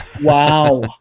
Wow